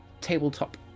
Tabletop